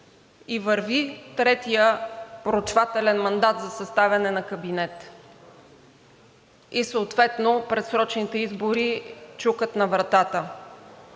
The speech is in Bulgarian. и върви третият проучвателен мандат за съставяне на кабинет и съответно предсрочните избори чукат на вратата?